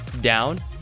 down